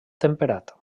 temperat